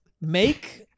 Make